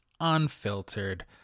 unfiltered